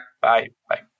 Bye-bye